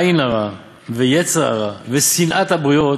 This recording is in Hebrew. עין הרע ויצר הרע ושנאת הבריות